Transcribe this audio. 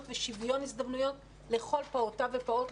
ושוויון הזדמנויות לכל פעוטה ופעוט,